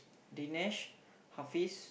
Dinesh Hafiz